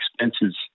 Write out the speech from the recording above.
expenses